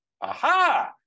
aha